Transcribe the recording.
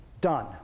done